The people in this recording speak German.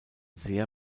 sehr